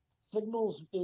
Signal's